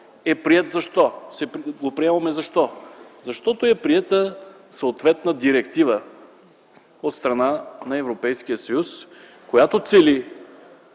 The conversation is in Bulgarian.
го приемаме, защото е приета съответна Директива от страна на Европейския съюз, която цели